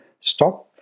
stop